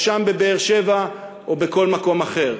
או שם בבאר-שבע, או בכל מקום אחר.